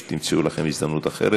שבא פעם בשבוע לפוריה ומנתח בהתנדבות?